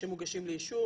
שמוגשים לאישור.